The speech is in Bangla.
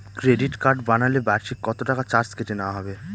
ক্রেডিট কার্ড বানালে বার্ষিক কত টাকা চার্জ কেটে নেওয়া হবে?